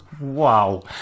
Wow